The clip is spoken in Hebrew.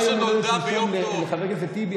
יום ההולדת לחבר הכנסת טיבי,